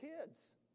kids